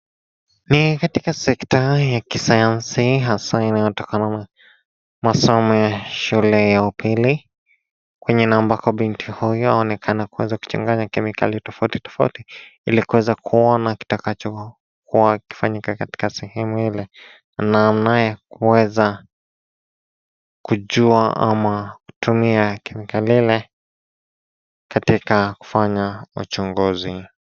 Ni katika sekta ya Kisayansi hasa inayotokana na masomo ya shule ya upili kwenye na ambako binti huyu anaonekana kuweza kuchanganya kemikali tofauti tofauti ili kuweza kuona kitakacho kuwa kikifanyika katika sehemu ile na anayekuweza kujua ama kutumia kemikali ile katika kufanya uchunguzi.